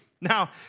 Now